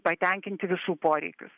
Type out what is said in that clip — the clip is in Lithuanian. patenkinti visų poreikius